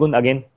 again